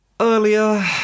Earlier